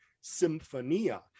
symphonia